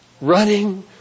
running